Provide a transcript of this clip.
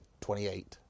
28